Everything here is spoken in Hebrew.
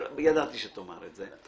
ידעתי שתאמר את זה.